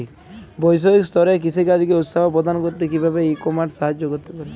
বৈষয়িক স্তরে কৃষিকাজকে উৎসাহ প্রদান করতে কিভাবে ই কমার্স সাহায্য করতে পারে?